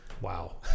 Wow